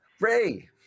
Ray